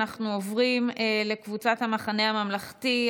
אנחנו עוברים לקבוצת המחנה הממלכתי.